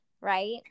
right